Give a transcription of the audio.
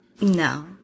No